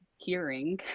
hearing